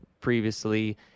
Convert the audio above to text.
previously